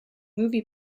movie